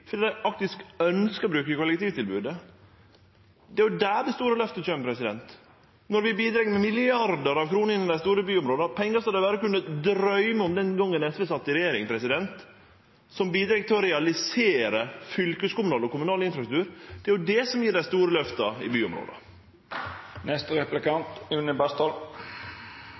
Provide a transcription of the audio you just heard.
fordi dei faktisk ønskjer å bruke kollektivtilbodet. Det er der det store løftet kjem. Vi bidreg med milliardar av kroner i dei store byområda, pengar som dei berre kunne drøyme om den gongen SV sat i regjering, som bidreg til å realisere fylkeskommunal og kommunal infrastruktur. Det er det som gjev dei store løfta i